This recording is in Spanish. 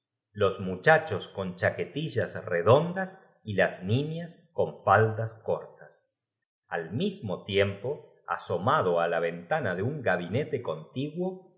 los muchachos con chaquetillas redondas y las niñas con lln aquel sitio ocurría algo nuevo é inusi faldas cortas al mismo tiempo asomado taqo los niños recordaron entonces y á á la ventana de un gabinete contiguo